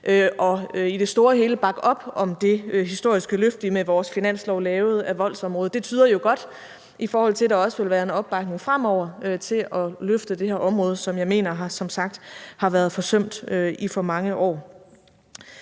og i det store og hele bakke op om det historiske løft, vi med vores finanslov lavede af voldsområdet. Det tyder jo godt, i forhold til at der også vil være opbakning fremover til at løfte det her område, som jeg som sagt mener har været forsømt i for mange år.